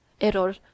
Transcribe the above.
error